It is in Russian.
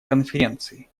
конференции